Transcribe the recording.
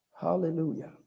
Hallelujah